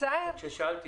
כששאלתי